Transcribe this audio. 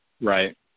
Right